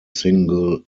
single